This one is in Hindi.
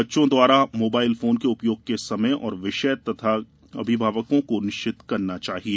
बच्चों द्वारा मोबाइल फोन के उपयोग के समय और विषय तक अभिभावकों को निश्चित करना चाहिए